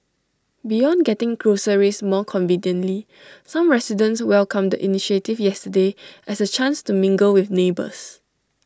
beyond getting groceries more conveniently some residents welcomed the initiative yesterday as A chance to mingle with neighbours